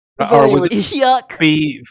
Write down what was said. Yuck